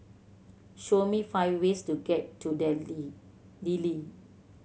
show me five ways to get to Dili